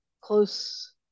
close